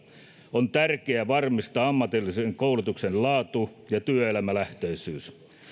on tärkeää varmistaa ammatillisen koulutuksen laatu ja työelämälähtöisyys